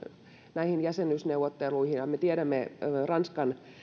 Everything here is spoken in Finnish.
näihin jäsenyysneuvotteluihin ja ja me tiedämme ranskan